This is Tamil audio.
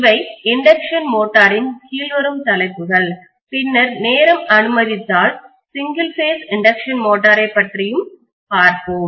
இவை இண்டக்ஷன் மோட்டரின் கீழ்வரும் தலைப்புகள் பின்னர் நேரம் அனுமதித்தால் சிங்கிள் பேஸ் இண்டக்ஷன் மோட்டாரை பற்றியும் பார்ப்போம்